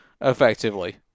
effectively